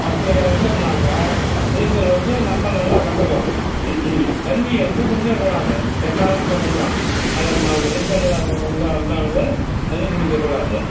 அப்படி அடித்தோம்னாக்க நீச்சல் வந்து நம்ம நல்லா கற்றுக்கலாம் தண்ணியை வந்து குடிச்சிடக்கூடாது எக்காரணத்தைக் கொண்டும் அதை ம நீச்சலில் உ உண்டான உண்டானது தண்ணி குடிக்கக்கூடாது